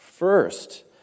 First